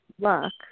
luck